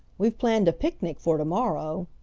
we've planned a picnic for to-morrow.